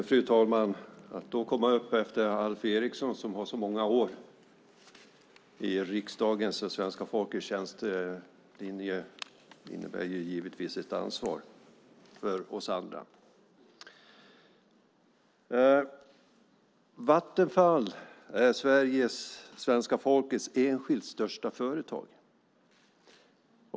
Fru talman! Att komma upp i talarstolen efter Alf Eriksson, som har varit så många år i riksdagens och svenska folkets tjänst, innebär givetvis ett ansvar för oss andra. Vattenfall är svenska folkets enskilt största företag.